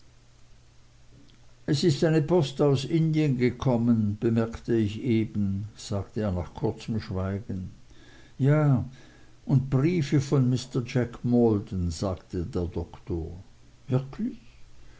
es ist eine post aus indien gekommen bemerke ich eben sagte er nach kurzem schweigen ja und briefe von mr jack maldon sagte der doktor wirklich